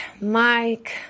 Mike